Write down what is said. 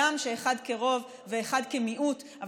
הגם שאחד כרוב ואחד כמיעוט.